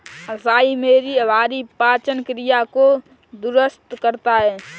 acai berry हमारी पाचन क्रिया को दुरुस्त करता है